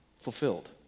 fulfilled